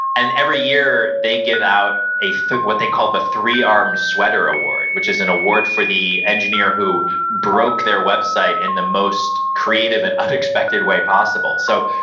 and every year, they give out what they call the three-armed sweater award, which is an award for the engineer who broke their website in the most creative and unexpected way possible. so,